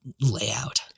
layout